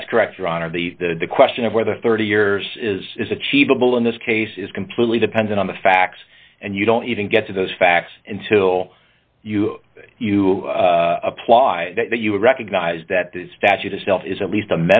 that's correct your honor the question of whether thirty years is is achievable in this case is completely dependent on the facts and you don't even get to those facts until you you apply that you would recognize that the statute itself is at least a